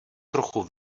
trochu